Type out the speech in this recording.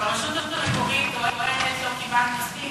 הרשות המקומית טוענת: לא קיבלנו מספיק,